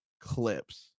clips